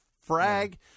frag